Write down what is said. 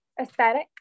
aesthetic